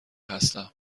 هستم